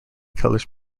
colors